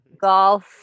golf